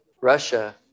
Russia